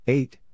Eight